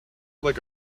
like